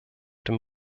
dem